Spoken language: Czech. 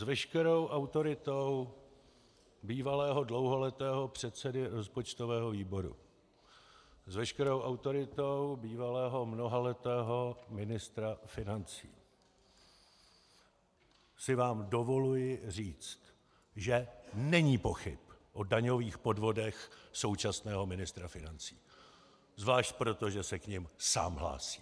S veškerou autoritou bývalého dlouholetého předsedy rozpočtového výboru, s veškerou autoritou bývalého mnohaletého ministra financí si vám dovoluji říct, že není pochyb o daňových podvodech současného ministra financí zvlášť proto, že se k nim sám hlásí.